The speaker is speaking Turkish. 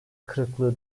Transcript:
kırıklığı